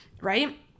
right